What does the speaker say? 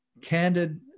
candid